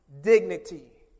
dignity